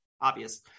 obvious